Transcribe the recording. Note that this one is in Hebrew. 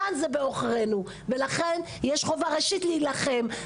כאן זה בעורכנו ולכן, יש חובה ראשית להילחם.